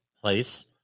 place